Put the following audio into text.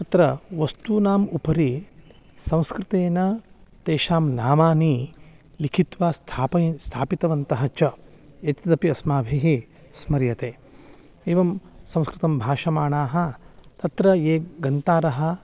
तत्र वस्तूनाम् उपरि संस्कृतेन तेषां नामानि लिखित्वा स्थापय स्थापितवन्तः च एतदपि अस्माभिः स्मर्यते एवं संस्कृतं भाषमाणाः तत्र ये गन्तारः